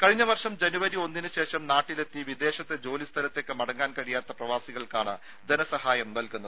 കഴിഞ്ഞ വർഷം ജനുവരി ഒന്നിന് ശേഷം നാട്ടിലെത്തി വിദേശത്തെ ജോലി സ്ഥലത്തേക്ക് മടങ്ങാൻ കഴിയാത്ത പ്രവാസികൾക്കാണ് ധനസഹായം നൽകുന്നത്